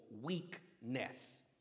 weakness